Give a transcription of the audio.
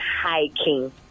hiking